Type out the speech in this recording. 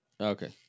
Okay